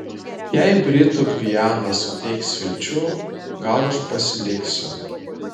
jei britų gviana suteiks vilčių gal aš pasiliksiu